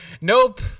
Nope